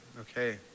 okay